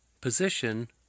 position